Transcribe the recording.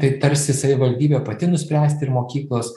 tai tarsi savivaldybė pati nuspręsti ir mokyklos